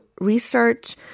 research